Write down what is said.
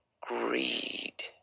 greed